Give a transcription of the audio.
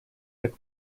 так